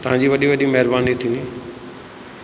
तव्हांजी वॾी वॾी महिरबानी थींदी